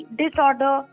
disorder